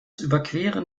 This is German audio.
überqueren